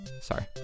Sorry